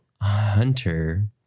Hunter